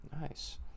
Nice